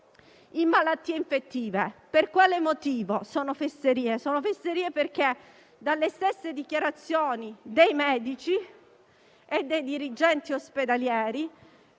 in malattie infettive. Per quale motivo sono fesserie? Perché dalle stesse dichiarazioni dei medici e dei dirigenti ospedalieri